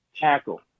tackle